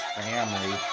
family